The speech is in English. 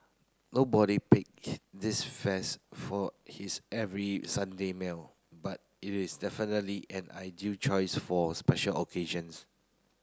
nobody pick this fest for his every Sunday meal but it is definitely an ideal choice for special